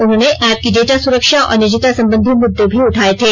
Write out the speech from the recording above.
उन्होंने ऐप की डेटा सुरक्षा और निजता संबंधी मुद्दे भी उठाये थे